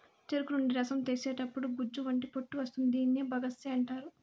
చెరుకు నుండి రసం తీసేతప్పుడు గుజ్జు వంటి పొట్టు వస్తుంది దీనిని బగస్సే అంటారు